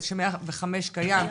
ש-105 קיים,